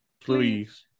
Please